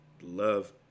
love